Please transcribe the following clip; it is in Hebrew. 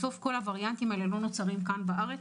בסוף כל הווריאנטים האלה לא נוצרים כאן בארץ,